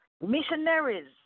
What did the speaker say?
missionaries